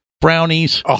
brownies